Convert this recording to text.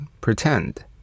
PRETEND